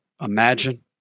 imagine